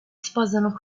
sposano